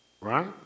Right